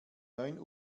neun